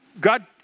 God